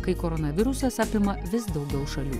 kai koronavirusas apima vis daugiau šalių